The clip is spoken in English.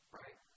right